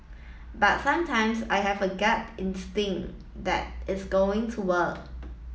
but sometimes I have a gut instinct that it's going to work